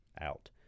out